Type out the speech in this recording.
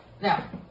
Now